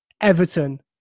Everton